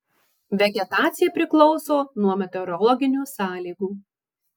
vegetacija priklauso nuo meteorologinių sąlygų